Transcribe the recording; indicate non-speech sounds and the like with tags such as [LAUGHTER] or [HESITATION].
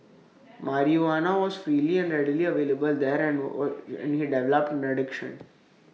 marijuana was freely and readily available there and [HESITATION] he developed an addiction